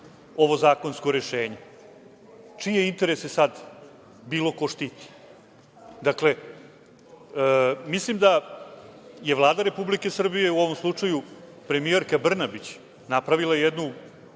ovo zakonsko rešenje, čije interese sada bilo ko štiti? Dakle, mislim da je Vlada Republike Srbije, u ovom slučaju premijerka Brnabić, napravila jednu